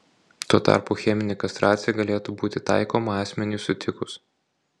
tuo tarpu cheminė kastracija galėtų būti taikoma asmeniui sutikus